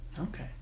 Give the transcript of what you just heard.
Okay